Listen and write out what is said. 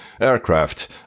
aircraft